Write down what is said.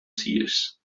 seers